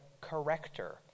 corrector